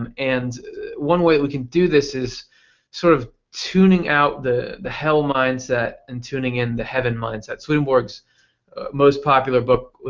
and and one way we can do this is sort of tuning out the the hell mindset and tuning in the heaven mindset. swedenborg's most popular book,